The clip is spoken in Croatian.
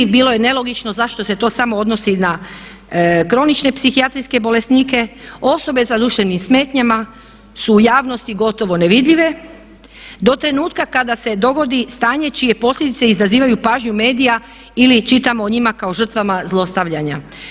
Bilo je nelogično zašto se to samo odnosi na kronične psihijatrijske bolesnike, osobe sa duševnim smetnjama su u javnosti gotovo nevidljive do trenutka kada se dogodi stanje čije posljedice izazivaju pažnju medija ili čitamo o njima kao žrtvama zlostavljanja.